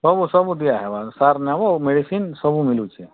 ସବୁ ସବୁ ଦିଆହେବା ସାର ନେବ ମେଡ଼ିସିନ୍ ସବୁ ମିଲୁଛେ